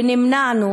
ונמנענו,